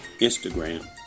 Instagram